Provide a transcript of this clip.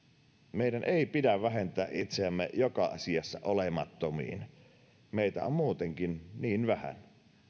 meidän ei pidä vähentää itseämme joka asiassa olemattomiin meitä on muutenkin niin vähän